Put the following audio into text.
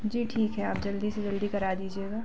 जी ठीक है आप जल्दी से जल्दी करा दीजिएगा